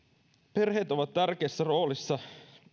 perheet ovat tärkeässä roolissa